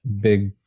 big